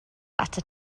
atat